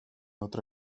otra